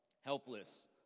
helpless